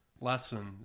lesson